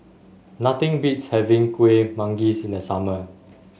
nothing beats having Kueh Manggis in the summer